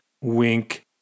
wink